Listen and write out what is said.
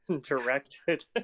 directed